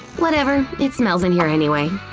whatever, it smells in here anyway.